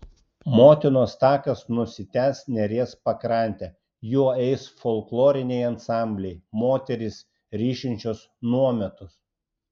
motinos takas nusitęs neries pakrante juo eis folkloriniai ansambliai moterys ryšinčios nuometus